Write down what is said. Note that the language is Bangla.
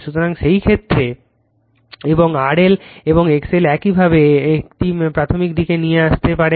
সুতরাং সেই ক্ষেত্রে এবং এই R L এবং X L একইভাবে এটিকে প্রাথমিক দিকে নিয়ে আসতে পারে